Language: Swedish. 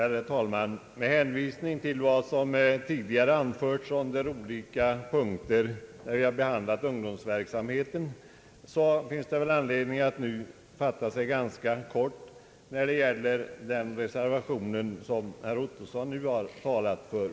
Herr talman! Med hänsyn till vad som tidigare har anförts under olika punkter, där vi har behandlat ungdomsverksamheten, finns det väl nu anledning att fatta sig ganska kort när det gäller den reservation som herr Ottosson här har svarat för.